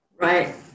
Right